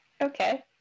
Okay